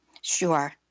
Sure